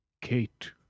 Kate